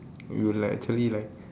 you literally like